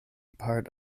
part